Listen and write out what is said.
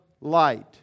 light